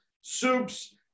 soups